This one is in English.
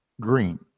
green